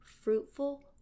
fruitful